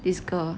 this girl